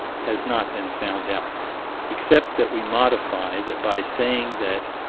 has not been found out except that we modify that by saying that,